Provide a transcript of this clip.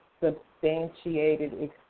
substantiated